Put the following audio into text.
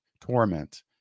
torment